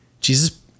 Jesus